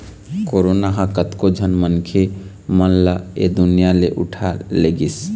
corona ह कतको झन मनखे मन ल ऐ दुनिया ले उठा लेगिस